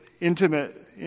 intimate